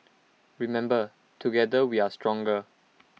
remember together we are stronger